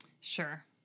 Sure